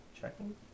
Checking